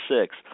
six